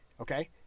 Okay